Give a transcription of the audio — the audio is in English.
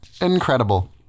Incredible